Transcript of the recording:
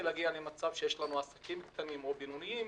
להגיע למצב שיש עסקים קטנים או בינוניים,